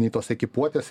nei tos ekipuotės